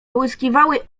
połyskiwały